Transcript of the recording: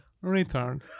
Return